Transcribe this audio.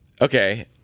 okay